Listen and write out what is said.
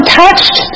touched